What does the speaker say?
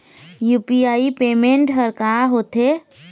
UPI payment हर का होते?